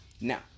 Now